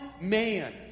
man